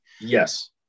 Yes